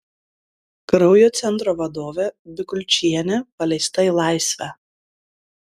kraujo centro vadovė bikulčienė paleista į laisvę